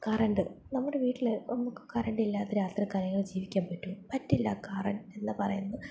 current നമ്മുടെ വീട്ടിൽ നമുക്ക് കറണ്ട് ഇല്ലാതെ രാത്രികാലങ്ങളിൽ ജീവിക്കാൻ പറ്റുമോ പറ്റില്ല കറൻറ്റ് എന്ന് പറയുന്നത്